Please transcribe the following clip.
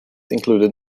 included